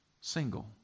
single